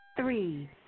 Three